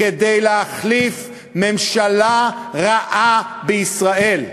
כדי להחליף ממשלה רעה בישראל.